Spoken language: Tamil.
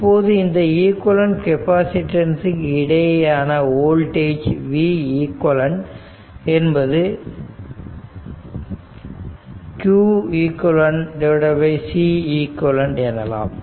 இப்போது இந்த ஈக்விவலெண்ட் கெப்பாசிட்டன்ஸ்க்கு இடையேயான வோல்டேஜ் Veq என்பது qeqCeq எனலாம்